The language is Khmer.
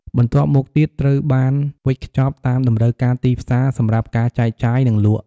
បន្ទាប់មកវាត្រូវបានវេចខ្ចប់តាមតម្រូវការទីផ្សារសម្រាប់ការចែកចាយ និងលក់។